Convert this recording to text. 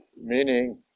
meaning